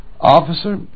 Officer